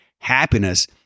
happiness